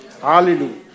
Hallelujah